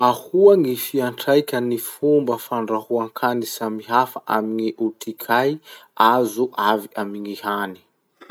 Ahoa gny fiantraikan'ny fomba fandrahoa hany isankarazany amin'ny otrikay azo avy amin'ny hany?